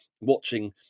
watching